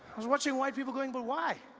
was watching white people going but why?